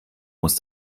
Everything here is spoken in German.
muss